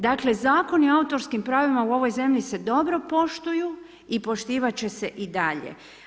Dakle Zakoni o autorskim pravima u ovoj zemlji se dobro poštuju i poštivati će se i dalje.